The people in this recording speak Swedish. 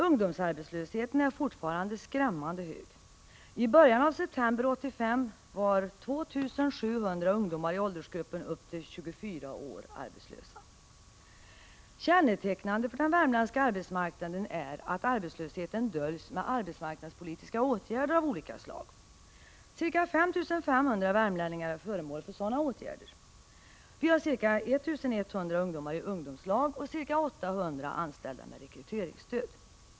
Ungdomsarbetslösheten är fortfarande skrämmande hög. I början av september 1985 var 2 700 ungdomar i åldersgruppen upp till 24 år arbetslösa. Kännetecknande för den värmländska arbetsmarknaden är att arbetslösheten döljs med arbetsmarknadspolitiska åtgärder av olika slag. Ca 5 500 värmlänningar är föremål för sådana åtgärder. Vi har ca 1 100 ungdomar i ungdomslag och ca 800 anställda med rekryteringsstöd.